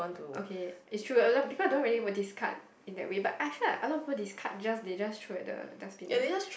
okay is true a lot people don't really will discuss in that way but I feel like a lot of people discuss just they just throw at the destinate